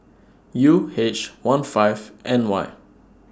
U H one five N Y